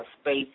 space